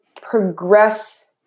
progress